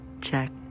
Check